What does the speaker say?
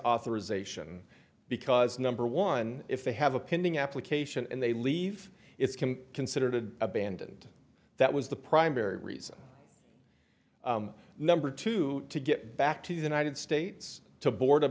authorization because number one if they have a pinning application and they leave it's can consider the abandoned that was the primary reason number two to get back to the united states to board a